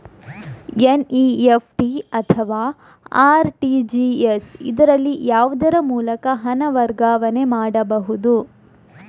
NEFT ಅಥವಾ RTGS, ಇದರಲ್ಲಿ ಯಾವುದರ ಮೂಲಕ ಹಣ ವರ್ಗಾವಣೆ ಮಾಡಬಹುದು?